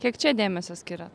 kiek čia dėmesio skiriat